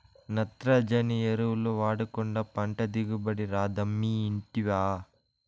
నత్రజని ఎరువులు వాడకుండా పంట దిగుబడి రాదమ్మీ ఇంటివా